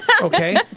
okay